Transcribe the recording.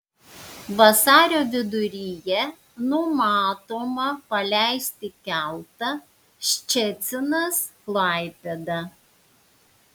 vasario viduryje numatoma paleisti keltą ščecinas klaipėda